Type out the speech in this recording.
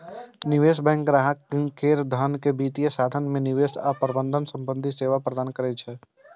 निवेश बैंक ग्राहक केर धन के वित्तीय साधन मे निवेश आ प्रबंधन संबंधी सेवा प्रदान करै छै